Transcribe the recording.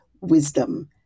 wisdom